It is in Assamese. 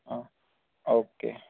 অ অকে